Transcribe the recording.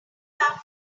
laughing